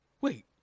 Wait